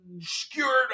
skewered